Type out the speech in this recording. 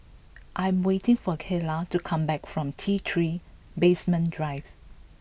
I am waiting for Kyla to come back from T Three Basement Drive